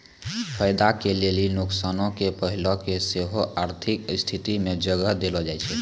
फायदा के लेली नुकसानो के पहलू के सेहो आर्थिक स्थिति मे जगह देलो जाय छै